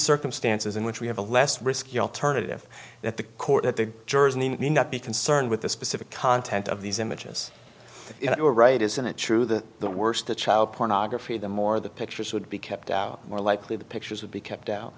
circumstances in which we have a less risky alternative that the court that the jurors and the need not be concerned with the specific content of these images you know right isn't it true that the worse the child pornography the more the pictures would be kept out more likely the pictures would be kept out